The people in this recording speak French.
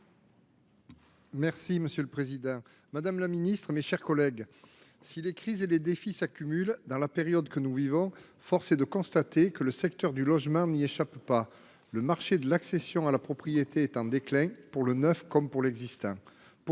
Buis. Monsieur le président, madame la ministre, mes chers collègues, si les crises et les défis s’accumulent dans la période que nous vivons, force est de constater que le secteur du logement n’y échappe pas : le marché de l’accession à la propriété est en déclin, pour le neuf comme pour l’existant.